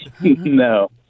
No